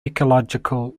ecological